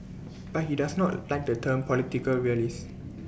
but he does not like the term political realist